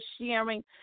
sharing